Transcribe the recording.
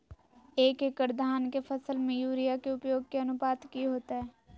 एक एकड़ धान के फसल में यूरिया के उपयोग के अनुपात की होतय?